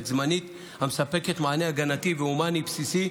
זמנית המספקת מענה הגנתי והומני בסיסי,